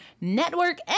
Network